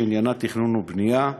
שעניינו תכנון ובנייה,